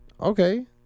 Okay